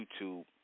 YouTube